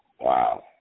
Wow